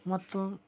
ಮತ್ತು